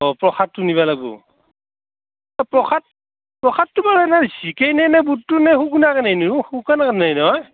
অঁ প্ৰসাদটো নিবা লাগ্বো অঁ প্ৰসাদ প্ৰসাদটো বাৰু এনেই ভিজেই নিয়ে নে শুকনাকৈ নিয়ে নো শুকানকৈ নিয়ে নহয়